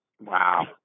Wow